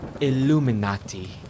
Illuminati